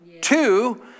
two